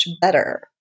better